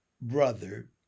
brother